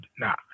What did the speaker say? now